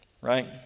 right